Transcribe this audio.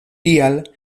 tial